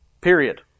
Period